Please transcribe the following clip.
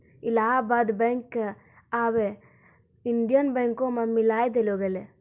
Allahabad bank क आबै Indian बैंको मे मिलाय देलो गेलै